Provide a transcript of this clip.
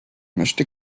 möchte